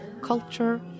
culture